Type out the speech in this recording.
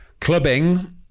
Clubbing